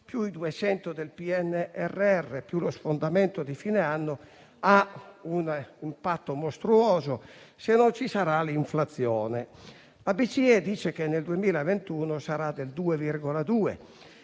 più i 200 del PNRR e lo sfondamento di fine anno: ciò avrà un impatto mostruoso, se non ci sarà l'inflazione. La BCE dice che nel 2021 l'inflazione